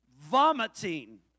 vomiting